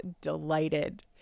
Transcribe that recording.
delighted